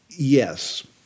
Yes